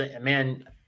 Man